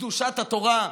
קדושת התורה?